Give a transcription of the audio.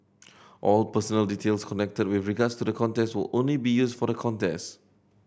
all personal details collected with regards to the contest or only be used for the contest